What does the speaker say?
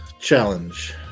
challenge